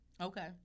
Okay